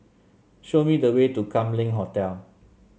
show me the way to Kam Leng Hotel